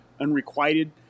unrequited